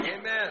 Amen